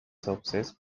surfaces